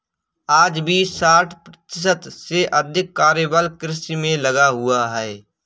आज भी साठ प्रतिशत से अधिक कार्यबल कृषि में लगा हुआ है